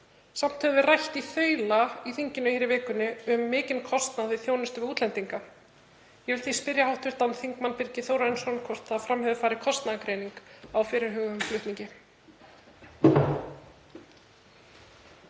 Samt höfum við rætt í þaula í þinginu hér í vikunni um mikinn kostnað við þjónustu við útlendinga. Ég vil því spyrja hv. þm. Birgi Þórarinsson hvort fram hafi farið kostnaðargreining á fyrirhuguðum flutningi.